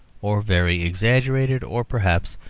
or very exaggerated, or, perhaps,